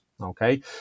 okay